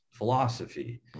philosophy